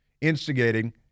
instigating